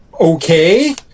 Okay